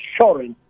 assurance